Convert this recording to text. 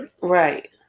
Right